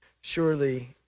surely